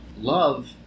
Love